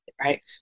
right